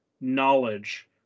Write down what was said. knowledge